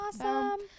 Awesome